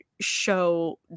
show